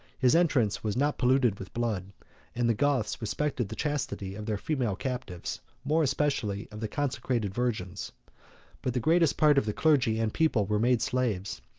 his entrance was not polluted with blood and the goths respected the chastity of their female captives, more especially of the consecrated virgins but the greatest part of the clergy and people were made slaves,